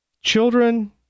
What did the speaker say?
Children